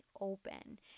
open